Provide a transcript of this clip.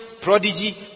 prodigy